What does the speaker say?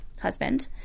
husband